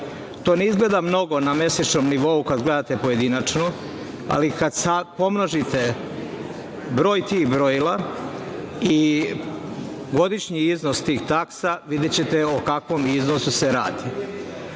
ne izgleda mnogo na mesečnom nivou kad gledate pojedinačno, ali kad pomnožite broj tih brojila i godišnji iznos tih taksa videćete o kakvom iznosu se radi.